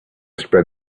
spread